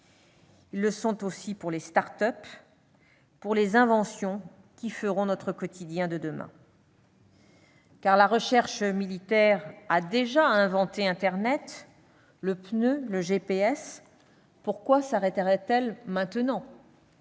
Ils le sont également pour les start-up, pour les inventions qui feront, demain, notre quotidien. La recherche militaire a déjà inventé internet, le pneu et le GPS, pourquoi s'arrêterait-elle maintenant ?